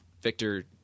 Victor